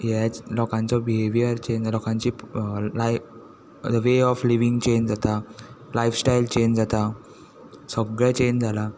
हें लोकांचो behaviour change जाता लोकांची live the way of living change जाता लायफस्टायल चेंज जाता सगलें चेंज जालां